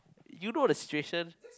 you know the situation